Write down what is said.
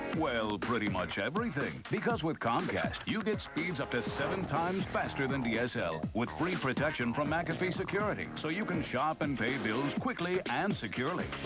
well, pretty much everything, because with comcast you get speeds up to seven times faster than dsl with free protection from mcafee security so you can shop and pay bills quickly and securely.